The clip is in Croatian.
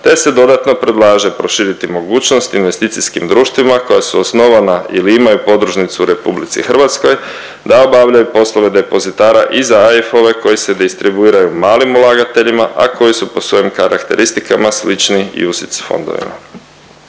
te se dodatno predlaže proširiti mogućnost investicijskim društvima koja su osnovana ili imaju podružnicu u RH da obavljaju poslove depozitara i za AIF-ove koji se distribuiraju malim ulagateljima, a koji su po svojim karakteristikama slični UCTIS fondovima.